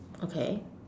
okay